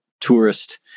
tourist